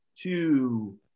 Two